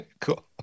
Cool